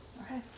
Okay